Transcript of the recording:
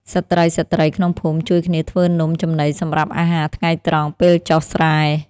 ស្រ្តីៗក្នុងភូមិជួយគ្នាធ្វើនំចំណីសម្រាប់អាហារថ្ងៃត្រង់ពេលចុះស្រែ។